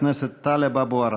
חבר הכנסת טלב אבו עראר.